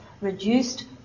reduced